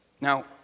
Now